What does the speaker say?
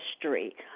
history